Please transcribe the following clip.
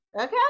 Okay